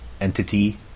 entity